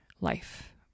life